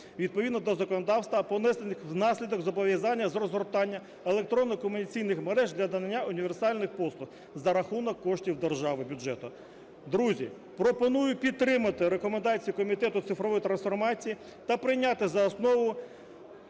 відповідно до законодавства, понесених внаслідок зобов'язання з розгортання електронних комунікаційних мереж для надання універсальних послуг за рахунок коштів державного бюджету. Друзі, пропоную підтримати рекомендації Комітету з цифрової трансформації та прийняти за основу